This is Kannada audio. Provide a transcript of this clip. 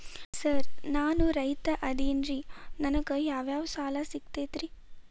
ಸರ್ ನಾನು ರೈತ ಅದೆನ್ರಿ ನನಗ ಯಾವ್ ಯಾವ್ ಸಾಲಾ ಸಿಗ್ತೈತ್ರಿ?